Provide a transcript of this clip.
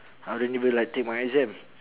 I didn't even like take my exam